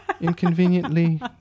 inconveniently